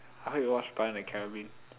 I hope you watch pirates-of-the-caribbean